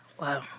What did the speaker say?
Wow